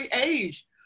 age